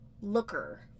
looker